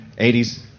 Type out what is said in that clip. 80s